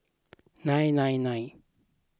nine nine nine